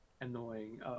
annoying